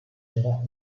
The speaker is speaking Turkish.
cevap